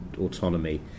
autonomy